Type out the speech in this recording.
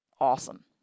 awesome